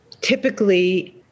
Typically